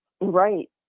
Right